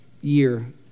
year